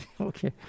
Okay